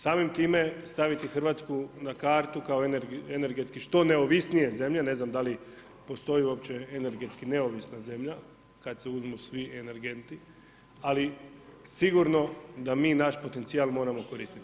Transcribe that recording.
Samim time staviti Hrvatsku na kartu kao energetski što neovisnije zemlje, ne znam, da li postoji energetski neovisna zemlja, kada se uzmu svi energenti, ali sigurno da mi naš potencijal moramo koristit.